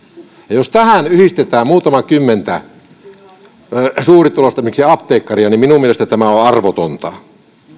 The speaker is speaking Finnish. ja jos tähän yhdistetään muutama kymmentä suurituloista miksei apteekkaria niin minun mielestäni tämä on arvotonta